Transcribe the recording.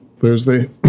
thursday